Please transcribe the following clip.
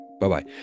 Bye-bye